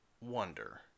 wonder